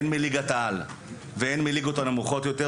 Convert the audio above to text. הן מליגת העל והן מליגות הנמוכות יותר,